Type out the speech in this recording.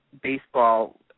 baseball